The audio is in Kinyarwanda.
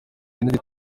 henry